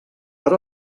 per